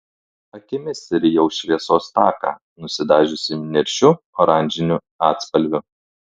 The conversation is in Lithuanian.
akimis rijau šviesos taką nusidažiusį niršiu oranžiniu atspalviu